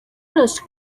los